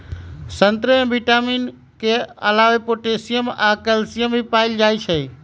संतरे में विटामिन के अलावे पोटासियम आ कैल्सियम भी पाएल जाई छई